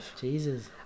Jesus